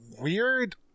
weird